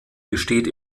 besteht